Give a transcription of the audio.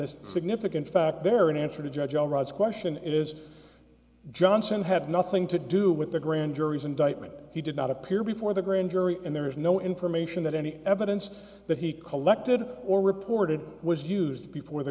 this significant fact there in answer to judge all right to question is johnson had nothing to do with the grand jury's indictment he did not appear before the grand jury and there is no information that any evidence that he collected or reported was used before the